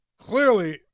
clearly